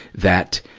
that,